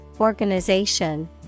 organization